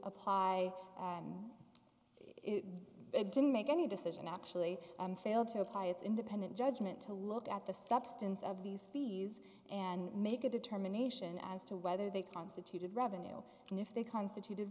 they didn't make any decision actually i'm failed to apply it independent judgment to look at the substance of these fees and make a determination as to whether they constituted revenue and if they constituted